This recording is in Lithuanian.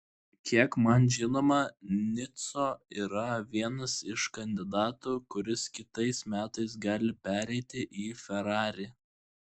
kiek man žinoma nico yra vienas iš kandidatų kuris kitais metais gali pereiti į ferrari